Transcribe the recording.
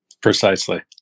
Precisely